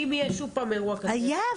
אם יהיה עוד פעם אירוע כזה --- היה,